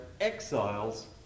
exiles